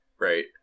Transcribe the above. right